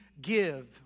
give